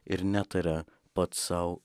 ir netaria pats sau